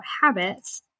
habits